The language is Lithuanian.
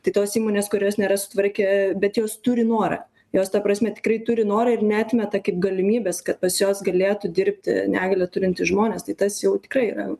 tai tos įmonės kurios nėra sutvarkę bet jos turi norą jos ta prasme tikrai turi norą ir neatmeta kaip galimybės kad pas juos galėtų dirbti negalią turintys žmonės tai tas jau tikrai yra